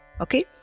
Okay